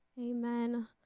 Amen